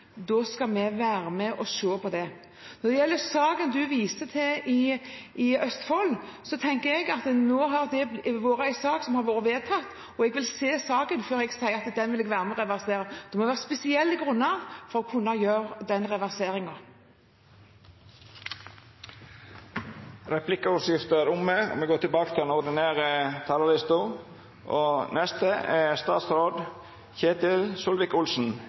da skal vi være med og se på det. Når det gjelder saken som representanten viser til i Akershus, tenker jeg at det har blitt en sak som er vedtatt, og jeg vil se saken før jeg sier at den vil jeg være med og reversere. Det må være spesielle grunner for å kunne gjøre den reverseringen. Replikkordskiftet er omme. Når en i dag diskuterer trontalen, er det for å se framover. Hva vil vi bruke denne fireårsperioden til,